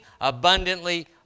abundantly